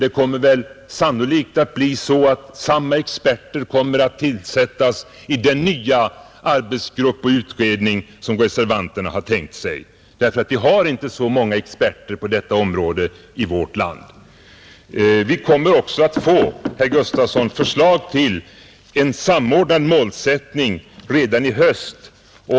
Det kommer sannolikt att bli så att samma experter tillsätts i den nya arbetsgrupp och utredning som reservanterna har tänkt sig — vi har inte så många experter på detta område i vårt land, ; Vi kommer också, herr Gustafson i Göteborg, att få förslag till en samordnad målsättning redan i höst.